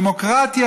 דמוקרטיה,